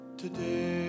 today